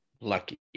Lucky